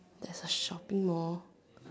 there's a shopping Mall